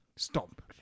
Stop